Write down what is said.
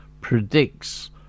predicts